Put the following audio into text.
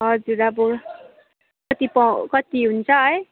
हजुर अब कति पाउँ कति हुन्छ है